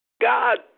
God